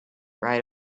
right